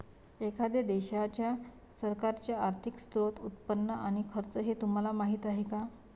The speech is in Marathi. एखाद्या देशाच्या सरकारचे आर्थिक स्त्रोत, उत्पन्न आणि खर्च हे तुम्हाला माहीत आहे का